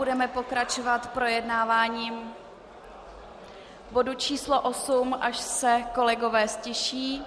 Budeme pokračovat projednáváním bodu číslo osm, až se kolegové ztiší.